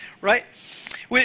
right